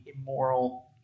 immoral